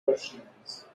persians